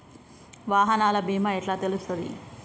వాహనాల బీమా ఎట్ల తెలుస్తది?